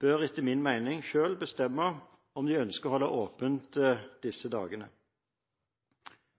bør etter min mening selv bestemme om de ønsker å holde åpent disse dagene.